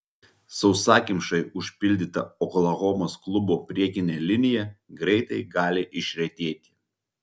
sausakimšai užpildyta oklahomos klubo priekinė linija greitai gali išretėti